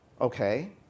okay